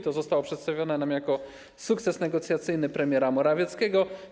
To zostało przedstawione nam jako sukces negocjacyjny premiera Morawieckiego.